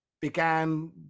began